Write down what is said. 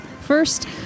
First